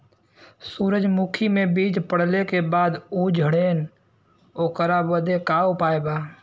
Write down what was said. सुरजमुखी मे बीज पड़ले के बाद ऊ झंडेन ओकरा बदे का उपाय बा?